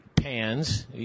Pans